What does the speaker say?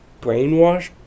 brainwashed